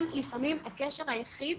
הם לפעמים הקשר היחיד,